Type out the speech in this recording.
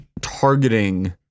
targeting